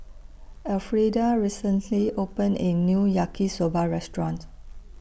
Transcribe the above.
Elfrieda recently opened A New Yaki Soba Restaurant